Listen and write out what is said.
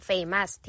Famous